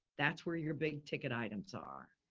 that's where your big ticket items are.